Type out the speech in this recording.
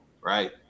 right